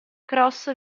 cross